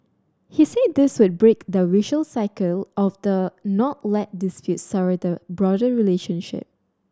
he said this would break the vicious cycle of the not let disputes sour the broader relationship